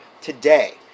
today